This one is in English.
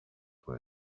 her